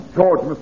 George